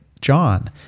John